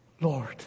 Lord